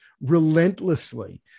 relentlessly